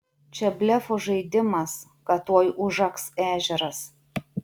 čia blefų žaidimas kad tuoj užaks ežeras